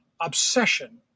obsession